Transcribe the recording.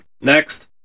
Next